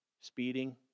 speeding